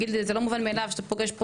להגיד שזה לא מובן מאליו שאתה פוגש פה